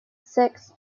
six